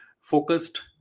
focused